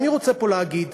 ואני רוצה פה להגיד,